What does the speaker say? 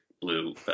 blue